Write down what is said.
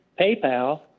PayPal